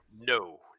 No